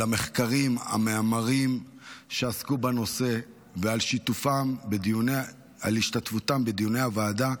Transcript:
על המחקרים והמאמרים שעסקו בנושא ועל השתתפותם בדיוני הוועדה,